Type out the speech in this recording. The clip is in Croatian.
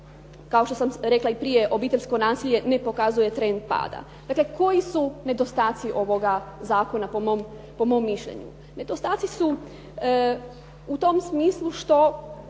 kao što sam prije rekla obiteljsko nasilje ne pokazuje trend pada. Dakle, koji su nedostaci ovoga zakona po mom mišljenju? Nedostaci su u tom smislu što